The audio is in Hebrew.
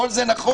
כל זה נכון.